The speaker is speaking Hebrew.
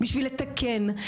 בשביל לתקן,